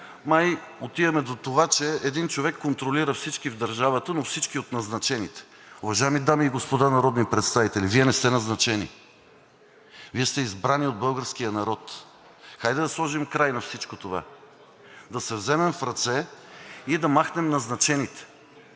май отиваме до това, че един човек контролира всички в държавата, но всички от назначените. Уважаеми дами и господа народни представители, Вие не сте назначени. Вие сте избрани от българския народ. Хайде да сложим край на всичко това. Да се вземем в ръце и да махнем назначените,